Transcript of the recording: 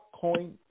Coin